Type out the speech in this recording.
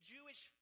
Jewish